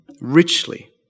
richly